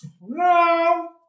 No